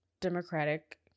Democratic